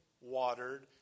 watered